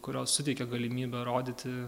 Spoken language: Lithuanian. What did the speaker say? kurios suteikia galimybę rodyti